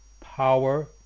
power